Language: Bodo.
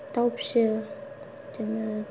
दाउ फिसियो बिदिनो